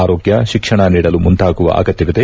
ಆರೋಗ್ಲ ಶಿಕ್ಷಣ ನೀಡಲು ಮುಂದಾಗುವ ಅಗತ್ನವಿದೆ